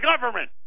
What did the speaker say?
government